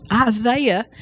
Isaiah